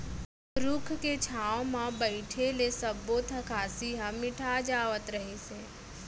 रूख के छांव म बइठे ले सब्बो थकासी ह मिटा जावत रहिस हे